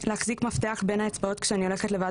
להחזיק מפתח בין האצבעות כשאני הולכת לבד